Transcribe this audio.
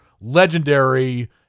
legendary